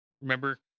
Remember